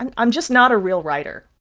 and i'm just not a real writer